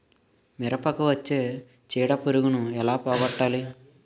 మిరపకు వచ్చే చిడపురుగును ఏల పోగొట్టాలి?